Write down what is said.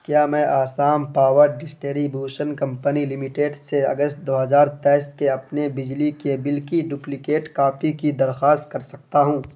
کیا میں Assam power distribution company limited سے اگست دو ہزار تیئس کے اپنے بجلی کے بل کی ڈپلیکیٹ کاپی کی درخواست کر سکتا ہوں